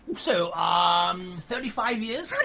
so, um thirty-five years?